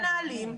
דרך המנהלים,